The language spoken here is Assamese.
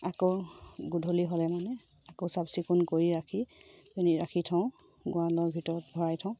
আকৌ গধূলি হ'লে মানে আকৌ চাফ চিকুণ কৰি ৰাখি পিনি ৰাখি থওঁ গঁৰালৰ ভিতৰত ভৰাই থওঁ